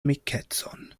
amikecon